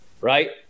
Right